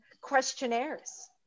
questionnaires